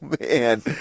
man